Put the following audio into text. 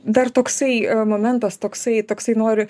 dar toksai momentas toksai toksai noriu